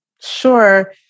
Sure